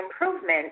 improvement